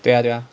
对啊对打